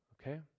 Okay